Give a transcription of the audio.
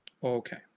Okay